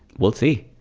we'll see.